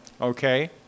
okay